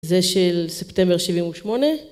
זה של ספטמבר שבעים ושמונה.